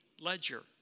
ledger